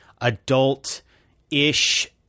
adult-ish